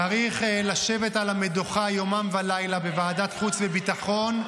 צריך לשבת על המדוכה יומם ולילה בוועדת החוץ והביטחון,